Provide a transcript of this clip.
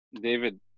David